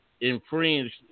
infringed